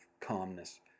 calmness